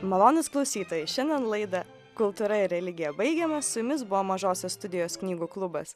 malonūs klausytojai šiandien laidą kultūra ir religija baigiame su jumis buvo mažosios studijos knygų klubas